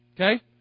okay